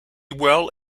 well